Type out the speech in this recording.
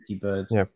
birds